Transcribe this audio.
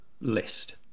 list